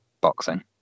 boxing